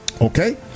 Okay